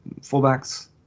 fullbacks